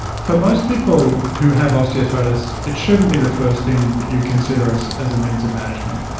for most people who have osteoarthritis, it shouldn't be the first thing that you consider as as a means of management.